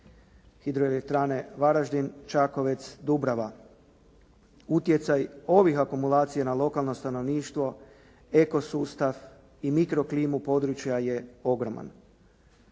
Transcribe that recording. Hidroelektrane Varaždin, Čakovec, Dubrava. Utjecaj ovih akumulacija na lokalno stanovništvo, eko sustav i mikro klimu područja je ogroman.